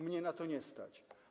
Mnie na to nie stać.